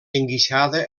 enguixada